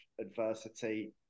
adversity